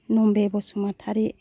नम्बे Basumatary